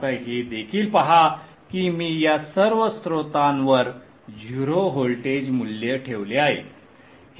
आता हे देखील पहा की मी या सर्व स्त्रोतांवर 0 व्होल्टेज मूल्य ठेवले आहे